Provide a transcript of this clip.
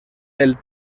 del